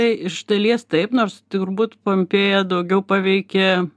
iš dalies taip nors turbūt pompėja daugiau paveikė